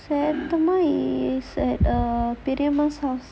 is at periyamma house